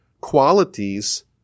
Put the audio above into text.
qualities